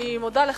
אני מודה לך,